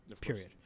period